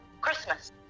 christmas